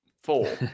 four